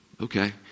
okay